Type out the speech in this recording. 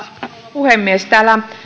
puhemies täällä